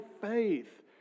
faith